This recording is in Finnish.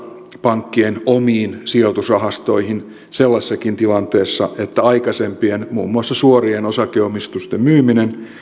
pankkien omiin sijoitusrahastoihin sellaisessakin tilanteessa että aikaisempien muun muassa suorien osakeomistusten myyminen